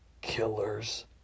killers